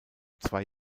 zwei